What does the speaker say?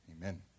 Amen